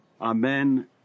Amen